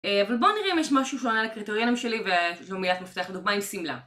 אבל בואו נראה אם יש משהו שעונה לקריטריונים שלי וזו מילת מפתח הדוגמה היא שמלה